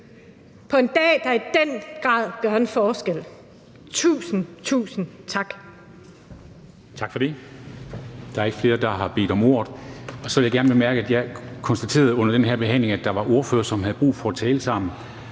på en dag, der i den grad gør en forskel. Tusind, tusind tak.